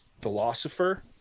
philosopher